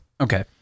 okay